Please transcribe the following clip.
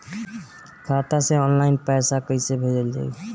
खाता से ऑनलाइन पैसा कईसे भेजल जाई?